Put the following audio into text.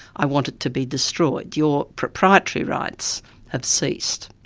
i want it to be destroyed. your proprietary rights have ceased.